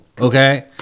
Okay